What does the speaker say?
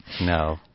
No